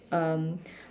um